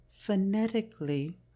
Phonetically